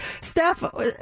steph